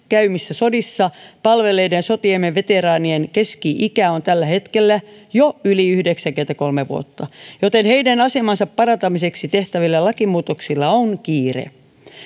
käymissä sodissa palvelleiden sotiemme veteraanien keski ikä on tällä hetkellä jo yli yhdeksänkymmentäkolme vuotta joten heidän asemansa parantamiseksi tehtävillä lakimuutoksilla on kiire